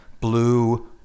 Blue